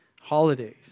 holidays